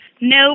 no